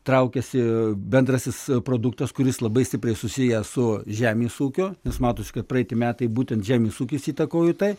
traukiasi bendrasis produktas kuris labai stipriai susijęs su žemės ūkiu nes matosi kad praeiti metai būtent žemės ūkis įtakojo tai